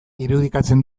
irudikatzen